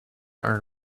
earn